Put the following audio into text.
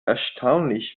erstaunlich